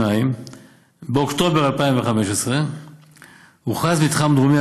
2. באוקטובר 2015 הוכרז מתחם דרומי,